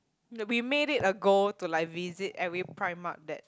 we made it a goal to like visit every primark that